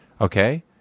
Okay